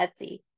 Etsy